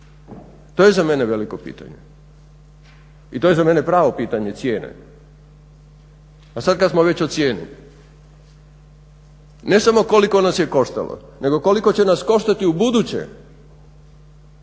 To je za mene veliko pitanje i to je za mene pravo pitanje cijene. A sad kad smo već o cijeni. Ne samo koliko nas je koštalo nego koliko će nas koštati ubuduće